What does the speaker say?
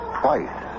twice